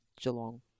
Geelong